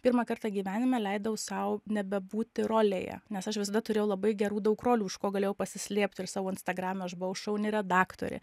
pirmą kartą gyvenime leidau sau nebebūti rolėje nes aš visada turėjau labai gerų daug rolių už ko galėjau pasislėpti ir savo instagrame aš buvau šauni redaktorė